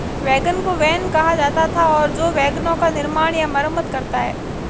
wagon को van कहा जाता था और जो वैगनों का निर्माण या मरम्मत करता है